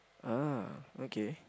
ah okay